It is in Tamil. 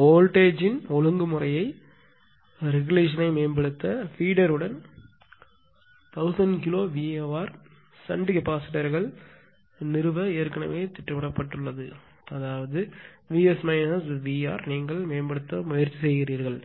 வோல்டேஜ் யை ன் ஒழுங்குமுறையை மேம்படுத்த பீடர் உடன் 1000 கிலோ VAR ஷண்ட் கெப்பாசிட்டர்கள் நிறுவ ஏற்கனவே திட்டமிடப்பட்டுள்ளது அதாவது Vs Vr நீங்கள் மேம்படுத்த முயற்சி செய்கிறீர்கள்